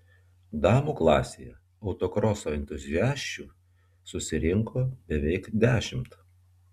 damų klasėje autokroso entuziasčių susirinko beveik dešimt